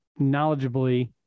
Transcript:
knowledgeably